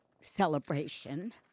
celebration